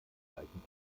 gleichen